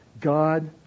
God